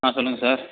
ஆ சொல்லுங்கள் சார்